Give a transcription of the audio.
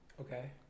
Okay